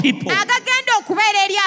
people